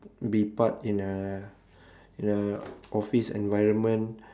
be part in a in a office environment